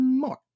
more